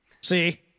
See